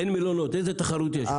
אין מלונות, איזו תחרות יש פה?